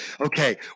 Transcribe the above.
okay